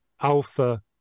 alpha